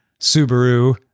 Subaru